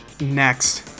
Next